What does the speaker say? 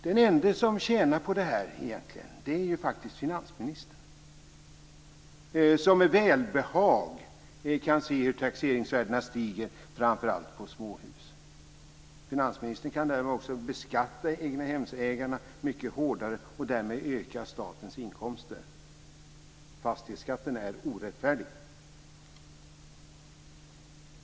Den ende som tjänar på detta är faktiskt finansministern, som med välbehag kan se hur taxeringsvärdena stiger framför allt på småhus. Finansministern kan också beskatta egnahemsägarna mycket hårdare och därmed öka statens inkomster. Fastighetsskatten är orättfärdig.